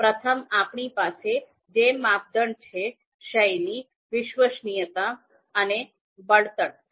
પ્રથમ આપણી પાસે જે માપદંડ છે શૈલી વિશ્વસનીયતા અને બળતણ